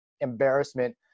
embarrassment